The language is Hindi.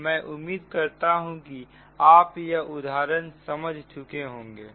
तो मैं उम्मीद करता हूं कि आप यह उदाहरण समझ चुके होंगे